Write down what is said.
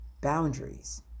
boundaries